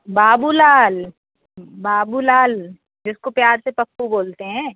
बाबूलाल बाबूलाल जिसको प्यार से पप्पू बोलते हैं